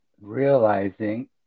realizing